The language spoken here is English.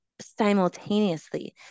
simultaneously